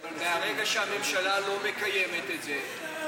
אבל מהרגע שהממשלה לא מקיימת את זה,